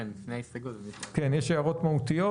יש הערות מהותיות?